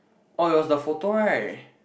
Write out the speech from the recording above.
oh it was the photo right